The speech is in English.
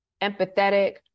empathetic